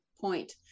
point